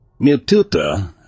Mututa